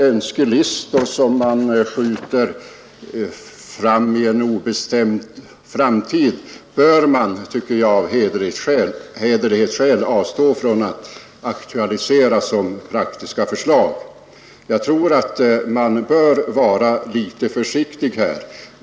Önskelistor, vilkas förverkligande man skjuter på en obestämd framtid, bör man enligt min mening av hederlighetsskäl avstå från att aktualisera som praktiska förslag. Man bör vara litet försiktig här.